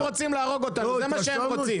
הם רוצים להרוג אותנו, זה מה שהם רוצים.